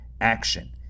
action